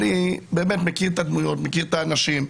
אני באמת מכיר את הדמויות, מכיר את האנשים.